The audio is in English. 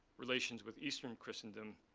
relations with eastern christendom,